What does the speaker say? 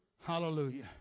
Hallelujah